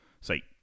say